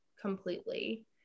completely